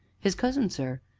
his cousin, sir.